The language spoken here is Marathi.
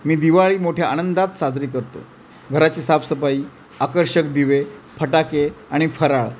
मी दिवाळी मोठ्या आनंदात साजरी करतो घराची साफसफाई आकर्षक दिवे फटाके आणि फराळ